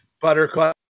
Buttercup